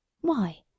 Why